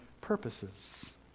purposes